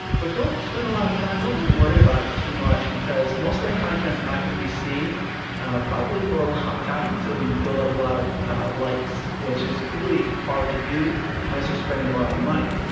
but don't spend a lot of time, don't really worry about it too much because most of that content's not going to be seen probably for a long time until you build up a lot of likes, which is really hard to do unless you're spending a lot of money.